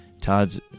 Todd's